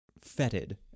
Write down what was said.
fetid